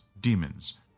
demons